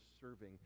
serving